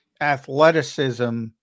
athleticism